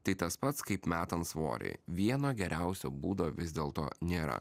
tai tas pats kaip metant svorį vieno geriausio būdo vis dėlto nėra